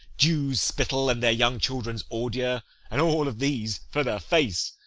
jews' spittle, and their young children's ordure and all these for the face.